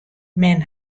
men